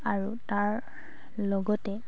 আৰু তাৰ লগতে চিলাই